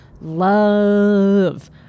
love